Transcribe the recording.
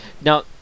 Now